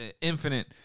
Infinite